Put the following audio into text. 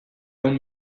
ehun